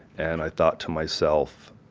and i thought to myself,